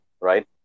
right